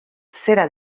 zera